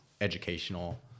educational